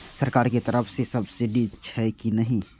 सरकार के तरफ से सब्सीडी छै कि नहिं?